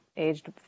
aged